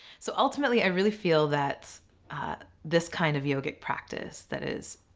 so ultimately i really feel that this kind of yogic practice, that is